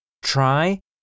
try